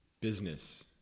business